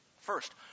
First